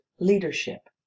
leadership